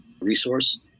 resource